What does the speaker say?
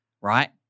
Right